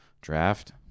draft